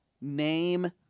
name